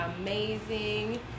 amazing